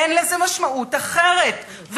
אין לזה משמעות אחרת,